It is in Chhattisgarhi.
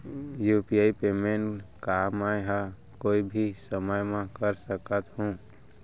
यू.पी.आई पेमेंट का मैं ह कोई भी समय म कर सकत हो?